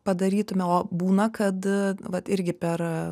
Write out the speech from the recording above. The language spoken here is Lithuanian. padarytume o būna kad vat irgi per